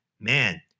man